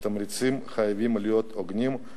התמריצים חייבים להיות הוגנים,